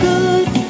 Good